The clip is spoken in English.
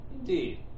Indeed